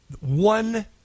one